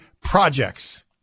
projects